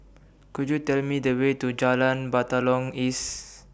Could YOU Tell Me The Way to Jalan Batalong East